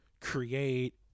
create